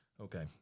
Okay